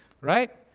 right